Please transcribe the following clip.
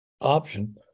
option